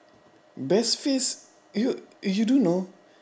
best phase you you don't know